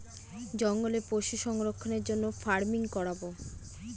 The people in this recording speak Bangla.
জঙ্গলে পশু সংরক্ষণের জন্য ফার্মিং করাবো